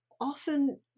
often